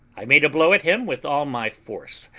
i made a blow at him with all my force,